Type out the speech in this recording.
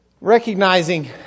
Recognizing